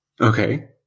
okay